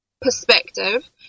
perspective